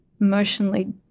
emotionally